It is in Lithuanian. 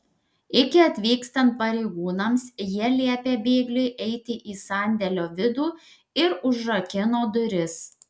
iki atvykstant pareigūnams jie liepė bėgliui eiti į sandėlio vidų ir užrakino duris